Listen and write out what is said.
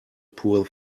poor